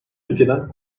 ülkeden